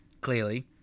clearly